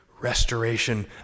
Restoration